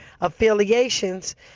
affiliations